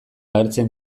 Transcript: agertzen